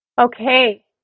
okay